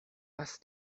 was